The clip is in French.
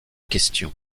question